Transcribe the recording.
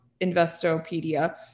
Investopedia